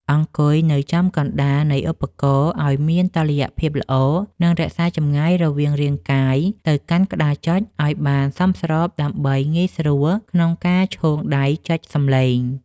អង្គុយនៅចំកណ្តាលនៃឧបករណ៍ឱ្យមានតុល្យភាពល្អ និងរក្សាចម្ងាយរវាងរាងកាយទៅកាន់ក្តារចុចឱ្យបានសមស្របដើម្បីងាយស្រួលក្នុងការឈោងដៃចុចសម្លេង។